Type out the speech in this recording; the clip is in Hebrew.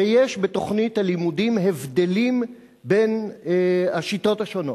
ויש בתוכניות הלימודים הבדלים לפי השיטות השונות.